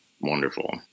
wonderful